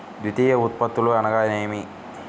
ద్వితీయ ఉత్పత్తులు అనగా నేమి?